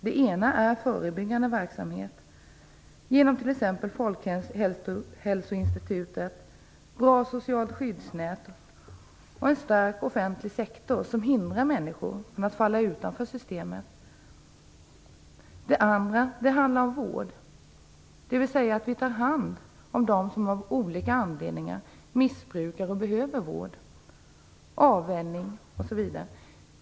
Den ena är förebyggande verksamhet genom t.ex. Folkhälsoinstitutet, bra socialt skyddsnät och en stark offentlig sektor som hindrar människor från att falla utanför systemet. Den andra handlar om vård. Dvs. att vi tar hand om dem som av olika anledningar missbrukar och behöver vård, avvänjning osv.